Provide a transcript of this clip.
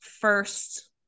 first